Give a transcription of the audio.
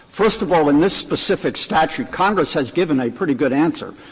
first of all, in this specific statute congress has given a pretty good answer,